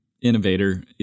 Innovator